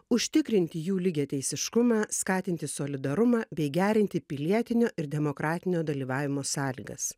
užtikrinti jų lygiateisiškumą skatinti solidarumą bei gerinti pilietinio ir demokratinio dalyvavimo sąlygas